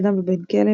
אדם בן כלא,